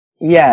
Yes